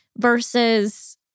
versus